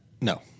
No